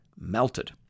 melted